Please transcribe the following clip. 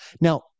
Now